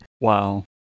wow